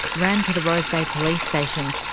ran to the rose bay police station,